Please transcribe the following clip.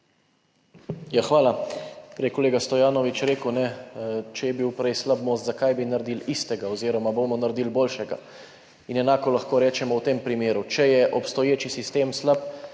je kolega Stojanovič rekel, če je bil prej slab most, zakaj bi naredili istega oziroma bomo naredili boljšega, in enako lahko rečemo v tem primeru, če je obstoječi sistem slab,